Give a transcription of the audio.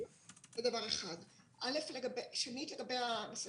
שנית, לגבי הנושא